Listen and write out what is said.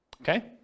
Okay